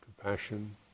compassion